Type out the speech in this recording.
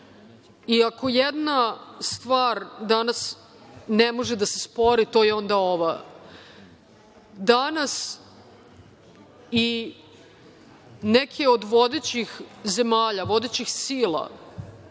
Ako jedna stvar danas ne može da se spori, to je onda ova. Danas i neke od vodećih zemalja, vodećih sila